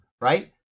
right